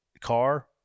car